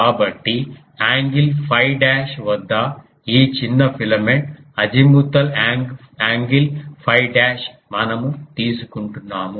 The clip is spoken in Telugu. కాబట్టి యాంగిల్ 𝛟 డాష్ వద్ద ఈ చిన్న ఫిలమెంట్ అజిముతాల్ యాంగిల్ 𝛟 డాష్ మనము తీసుకుంటున్నాము